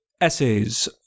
essays